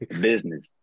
business